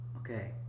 okay